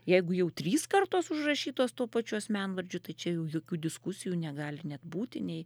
jeigu jau trys kartos užrašytos tuo pačiu asmenvardžiu tai čia jau jokių diskusijų negali net būti nei